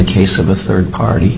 case of a third party